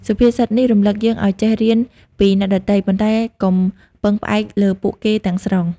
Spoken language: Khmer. សុភាសិតនេះរំលឹកយើងឲ្យចេះរៀនពីអ្នកដទៃ ប៉ុន្តែកុំពឹងផ្អែកលើពួកគេទាំងស្រុង។